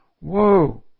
Whoa